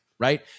right